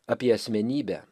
apie asmenybę